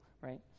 right